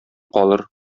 калыр